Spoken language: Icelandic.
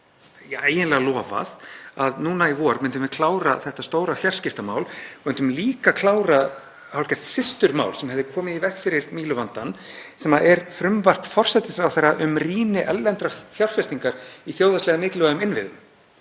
var eiginlega lofað að núna í vor myndum við klára þetta stóra fjarskiptamál og myndum líka klára hálfgert systurmál sem hefði komið í veg fyrir Míluvandann, sem er frumvarp forsætisráðherra um rýni erlendrar fjárfestingar í þjóðhagslega mikilvægum innviðum.